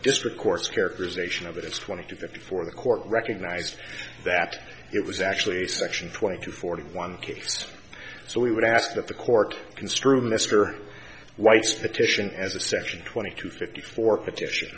district court's characterization of it as twenty two that before the court recognized that it was actually section twenty two forty one case so we would ask that the court construe mr white's petition as a section twenty two fifty four petition